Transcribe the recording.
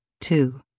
Two